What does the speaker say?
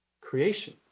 Creation